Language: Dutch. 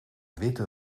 witte